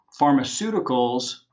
pharmaceuticals